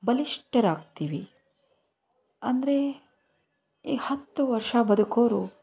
ಬಲಿಷ್ಠರಾಗ್ತೀವಿ ಅಂದರೆ ಈ ಹತ್ತು ವರ್ಷ ಬದುಕೋರು